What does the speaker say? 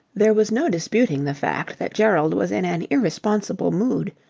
there was no disputing the fact that gerald was in an irresponsible mood,